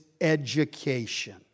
education